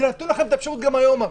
זה נתון לכם באפשרות גם היום.